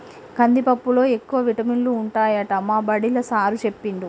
కందిపప్పులో ఎక్కువ విటమినులు ఉంటాయట మా బడిలా సారూ చెప్పిండు